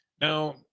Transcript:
Now